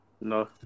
No